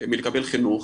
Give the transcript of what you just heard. מלקבל חינוך,